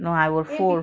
no I will fold